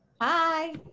Hi